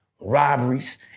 robberies